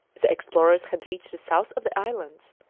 the explorers had reached the south of the islands,